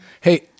Hey